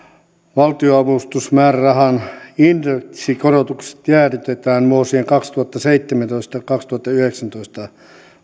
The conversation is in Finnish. valtionavustusmäärärahan indeksikorotukset jäädytetään vuosien kaksituhattaseitsemäntoista viiva kaksituhattayhdeksäntoista